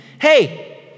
hey